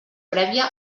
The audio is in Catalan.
prèvia